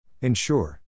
Ensure